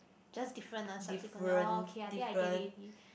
just different ah subsequently orh okay I think I get it already